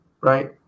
right